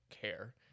care